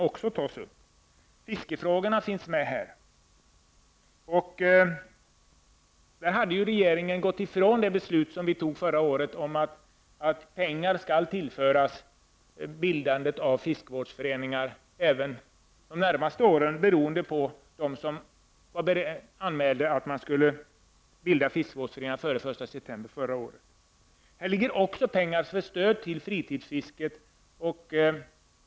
Bl.a. finns fiskefrågorna med i detta sammanhang. Regeringen hade här gått ifrån det beslut som vi fattade förra året om att pengar skall tillföras bildandet av fiskevårdsföreningar även under de närmaste åren till dem som före den 1 september förra året hade anmält att de ville bilda fiskevårdsföreningar. Häri ingår också pengar till stöd för fritidsfisket.